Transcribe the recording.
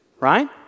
right